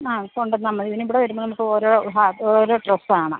ആ കൊണ്ട് വന്നാൽ മതി പിന്നെ ഇവിടെ വരുമ്പം നമുക്കോരോ ഹാ ഓരോ ഡ്രസ്സാണ്